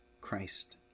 Christ